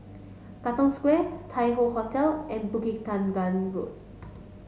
Katong Square Tai Hoe Hotel and Bukit Tunggal Road